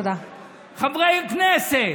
חברי הכנסת,